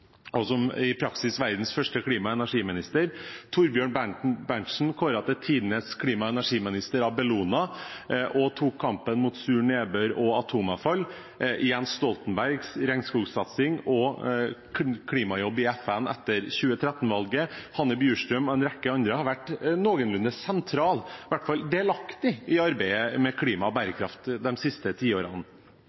i praksis verdens første klima- og energiminister, Thorbjørn Berntsen, som ble kåret til tidenes miljøvernminister av Bellona og tok kampen mot sur nedbør og atomavfall, Jens Stoltenberg, med regnskogssatsing og klimajobb i FN etter 2013-valget, Hanne Bjurstrøm og en rekke andre har vært noenlunde sentrale, i hvert fall delaktige, i arbeidet med klima og bærekraft de siste tiårene.